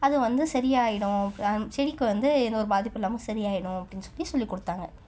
அது வந்து சரியாகிடும் செடிக்கு வந்து எந்தவொரு பாதிப்பும் இல்லாமல் சரியாகிடும் அப்படின்னு சொல்லி சொல்லிக்கொடுத்தாங்க